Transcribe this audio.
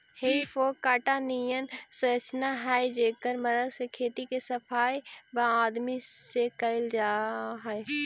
हेइ फोक काँटा निअन संरचना हई जेकर मदद से खेत के सफाई वआदमी से कैल जा हई